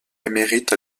émérite